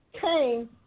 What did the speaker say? came